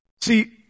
See